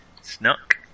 snuck